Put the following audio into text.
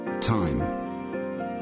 time